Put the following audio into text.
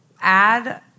add